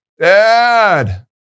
Dad